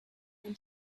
when